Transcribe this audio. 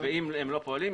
ואם הם לא פועלים,